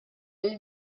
lill